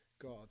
God